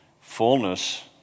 fullness